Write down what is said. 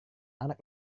anak